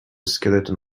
skeleton